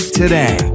today